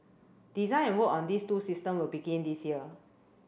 design and work on these two systems will begin this year